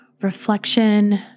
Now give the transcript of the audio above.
reflection